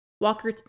Walker